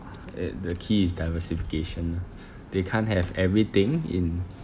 uh the key is diversification lah they can't have everything in